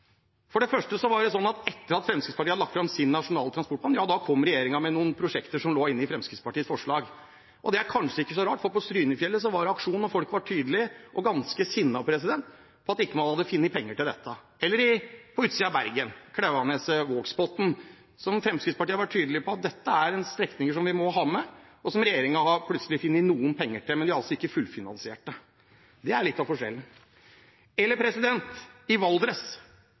For det første var det sånn at etter at Fremskrittspartiet hadde lagt fram sin nasjonale transportplan, kom regjeringen med noen prosjekter som lå inne i Fremskrittspartiets forslag. Det er kanskje ikke så rart, for på Strynefjellet var det en aksjon, og folk var tydelige og ganske sinna fordi man ikke hadde funnet penger til dette. Klauvaneset–Vågsbotn utenfor Bergen er en strekning som Fremskrittspartiet har vært tydelig på at vi må ha med, og som regjeringen plutselig har funnet noen penger til, men de har ikke fullfinansiert det. Det er litt av forskjellen. Når det gjelder Valdres,